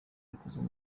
ikozwe